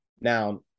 Now